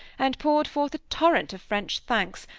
and poured forth a torrent of french thanks,